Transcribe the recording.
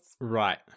Right